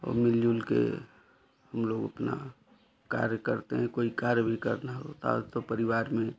और मिल जुलकर हम लोग अपना कार्य करते हैं कोई कार्य भी करना होता हो तो परिवार में